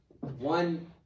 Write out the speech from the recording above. One